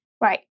Right